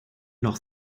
noch